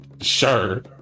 Sure